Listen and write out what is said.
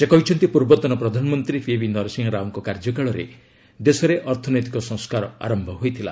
ସେ କହିଛନ୍ତି ପୂର୍ବତନ ପ୍ରଧାନମନ୍ତ୍ରୀ ପିଭି ନରସିଂହା ରାଓଙ୍କ କାର୍ଯ୍ୟକାଳରେ ଦେଶରେ ଅର୍ଥନୈତିକ ସଂସ୍କାର ଆରମ୍ଭ ହୋଇଥିଲା